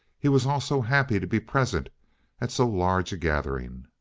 he was also happy to be present at so large a gathering.